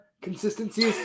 consistency